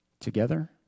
together